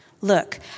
Look